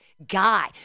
guy